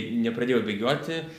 nepradėjau bėgioti